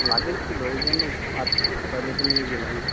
luggage ছিল ওই জন্য আর টয়লেটে নিয়ে গেলাম না